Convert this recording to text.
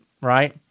right